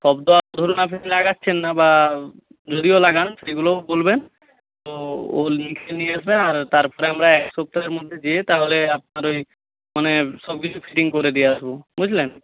সব তো আর ধরুন আপনি লাগাচ্ছেন না বা যদিও লাগান সেগুলোও বলবেন তো ও লিখে নিয়ে আসবে আর তারপরে আমরা এক সপ্তাহের মধ্যে গিয়ে তাহলে আপনার ওই মানে সবকিছু ফিটিং করে দিয়ে আসবো বুঝলেন